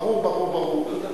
ברור, ברור, ברור.